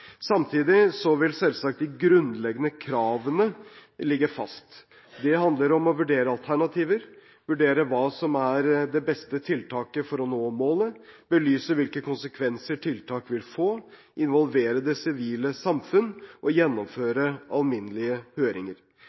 Samtidig vil selvsagt de grunnleggende kravene ligge fast. Det handler om å vurdere alternativer, vurdere hva som er det beste tiltaket for å nå målet, belyse hvilke konsekvenser tiltak vil få, involvere det sivile samfunn og gjennomføre alminnelige høringer.